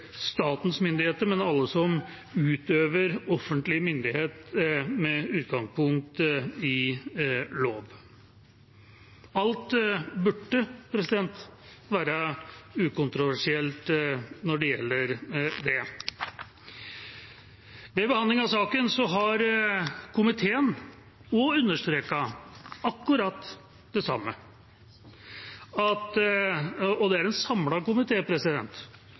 statens myndigheter, men alle som utøver offentlig myndighet med utgangspunkt i lov. Alt burde være ukontroversielt når det gjelder det. Ved behandling av saken har komiteen understreket akkurat det samme. Det er en samlet komité som peker på at det er